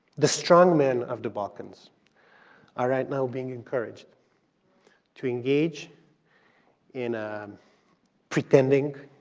the strongmen of the balkans are right now being encouraged to engage in a pretending